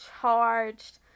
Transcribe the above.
charged